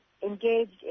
engaged